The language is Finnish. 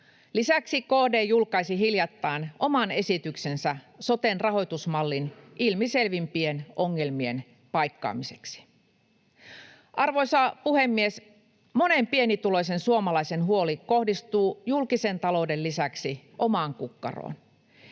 Lisäksi KD julkaisi hiljattain oman esityksensä soten rahoitusmallin ilmiselvimpien ongelmien paikkaamiseksi. Arvoisa puhemies! Monen pienituloisen suomalaisen huoli kohdistuu julkisen talouden lisäksi omaan kukkaroon: